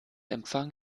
empfang